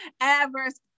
Adverse